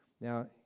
Now